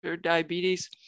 diabetes